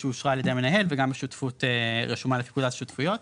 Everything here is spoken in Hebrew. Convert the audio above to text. שאושרה על ידי המנהל וגם בשותפות רשומה לפקודת הרשויות,